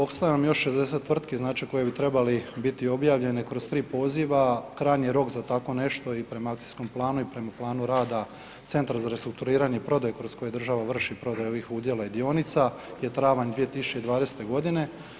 Ostaje nam još 60 tvrtki koje bi trebali biti objavljene kroz 3 poziva, krajnji rok za tako nešto i prema akcijskom planu i prema planu radu Centra za restrukturiranje i prodaju kroz koje država vrši prodaju ovih udjela i dionica je travanj 2020. godine.